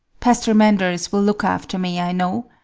pastor manders will look after me, i know.